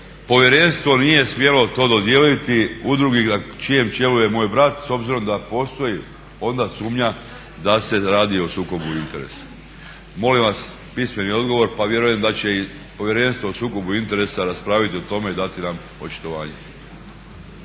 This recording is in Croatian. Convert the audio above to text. povjerenstvo nije smjelo to dodijeliti udruzi na čijem čelu je moj brat s obzirom da postoji onda sumnja da se radi o sukobu interesa. Molim vas pismeni odgovor, pa vjerujem da će i Povjerenstvo o sukobu interesa raspraviti o tome i dati nam očitovanje.